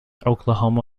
oklahoma